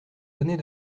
données